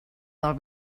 del